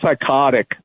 psychotic